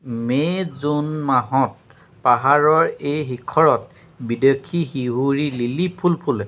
মে' June মাহত পাহাৰৰ এই শিখৰত বিদেশী শিহুৰি লিলি ফুল ফুলে